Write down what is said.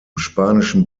spanischen